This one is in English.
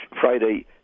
Friday